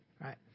right